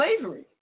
Slavery